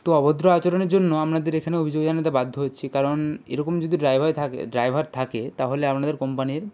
তো অভদ্র আচরণের জন্য আমনাদের এখানে অভিযোগ জানাতে বাধ্য হচ্ছি কারণ এরকম যদি ড্রাইভার থাকে ড্রাইভার থাকে তাহলে আপনাদের কোম্পানির